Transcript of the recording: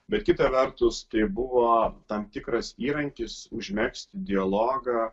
bet kita vertus tai buvo tam tikras įrankis užmegzti dialogą